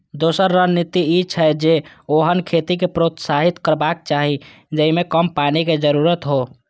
दोसर रणनीति ई छै, जे ओहन खेती कें प्रोत्साहित करबाक चाही जेइमे कम पानिक जरूरत हो